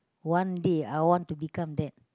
one day I want to become that